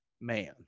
man